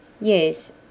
Yes